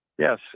Yes